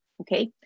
okay